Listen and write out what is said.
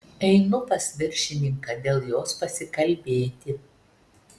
einu pas viršininką dėl jos pasikalbėti